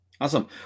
Awesome